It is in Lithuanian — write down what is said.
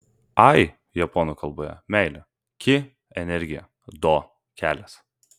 ai japonų kalboje meilė ki energija do kelias